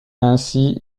ainsi